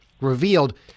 Revealed